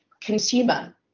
consumer